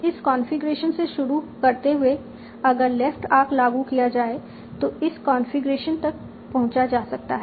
इस कॉन्फ़िगरेशन से शुरुआत करते हुए अगर लेफ्ट आर्क लागू किया जाए तो इस कॉन्फ़िगरेशन तक पहुंचा जा सकता है